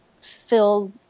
filled